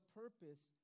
purpose